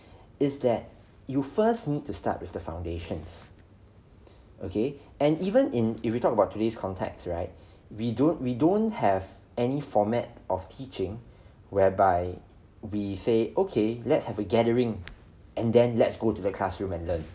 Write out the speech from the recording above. is that you first need to start with the foundations okay and even in if we talk about today's context right we don't we don't have any format of teaching whereby we say okay let's have a gathering and then let's go to the classroom and learn